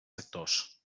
sectors